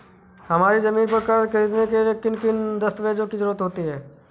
हमारी ज़मीन पर कर्ज ख़रीदने के लिए किन किन दस्तावेजों की जरूरत होती है?